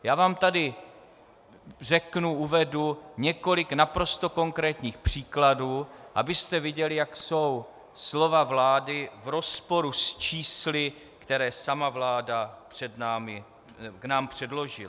Já vám tady řeknu, uvedu několik naprosto konkrétních příkladů, abyste viděli, jak jsou slovo vlády v rozporu s čísly, které sama vláda nám předložila.